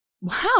Wow